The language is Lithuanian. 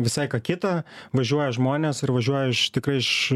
visai ką kitą važiuoja žmonės ir važiuoja aš tikrai iš